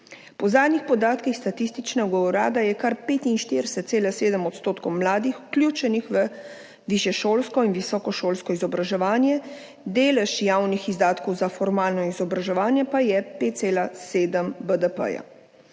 Po zadnjih podatkih Statističnega urada je kar 45,7 % mladih vključenih v višješolsko in visokošolsko izobraževanje, delež javnih izdatkov za formalno izobraževanje pa je 5,7 BDP.